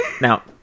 Now